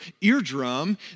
eardrum